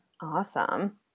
Awesome